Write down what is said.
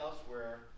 elsewhere